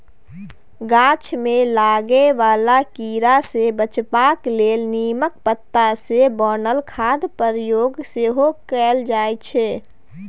गाछ मे लागय बला कीड़ा सँ बचेबाक लेल नीमक पात सँ बनल खादक प्रयोग सेहो कएल जाइ छै